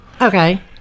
okay